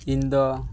ᱤᱧᱫᱚ